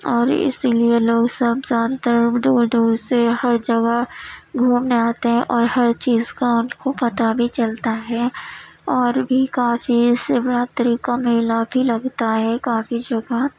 اور اس لیے لوگ سب جانتے ہوئے بھی دور دور سے ہر جگہ گھومنے آتے ہیں اور ہر چیز کا آپ کو پتا بھی چلتا ہے اور بھی کافی شیوراتری کا میلہ بھی لگتا ہے کافی جگہ